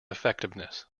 effectiveness